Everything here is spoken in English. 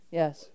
yes